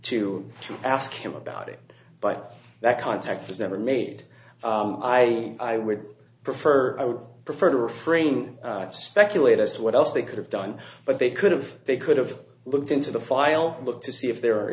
to ask him about it but that contact was never made i would prefer i would prefer to refrain to speculate as to what else they could have done but they could have they could have looked into the file look to see if there are